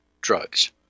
drugs